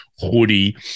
hoodie